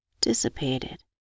dissipated